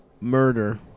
Murder